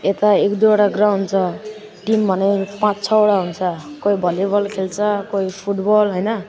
यता एक दुइवटा ग्राउन्ड छ टिम भने पाँच छवटा हुन्छ कोही भली बल खेल्छ कोही फुट बल होइन